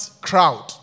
crowd